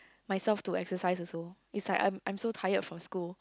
myself to exercise also it's like I'm I'm so tired from school